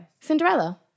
Cinderella